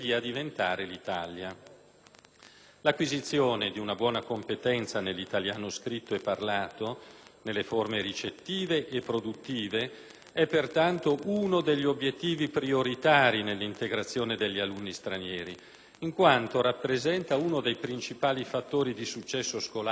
L'acquisizione di una buona competenza nell'italiano scritto e parlato, nelle forme ricettive e produttive, è pertanto uno degli obiettivi prioritari nell'integrazione degli alunni stranieri in quanto rappresenta uno dei principali fattori di successo scolastico e di inclusione sociale.